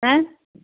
ஆ